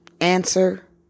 answer